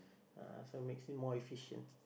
ah so makes it more efficient